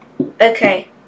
Okay